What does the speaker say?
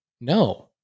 No